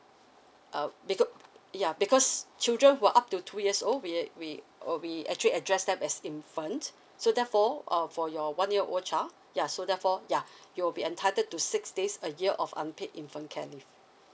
uh beca~ ya because children who are up to two years old we we uh we actually address them as infant so therefore um for your one year old child ya so therefore ya you will be entitled to six days a year of unpaid infant care leave